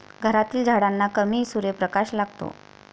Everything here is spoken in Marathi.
घरातील झाडांना कमी सूर्यप्रकाश लागतो